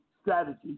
strategies